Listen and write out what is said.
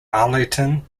arlington